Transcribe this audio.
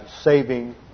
saving